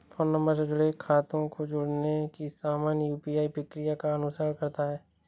phone number से जुड़े खातों को जोड़ने की सामान्य यू.पी.आई प्रक्रिया का अनुसरण करता है